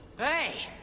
hey!